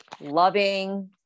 loving